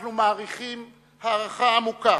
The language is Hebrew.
אנחנו מעריכים הערכה עמוקה